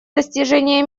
достижения